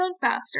faster